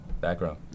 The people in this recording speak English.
background